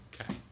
Okay